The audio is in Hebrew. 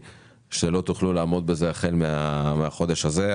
שלא תוכלו לעמוד בזה החל מהחודש הזה.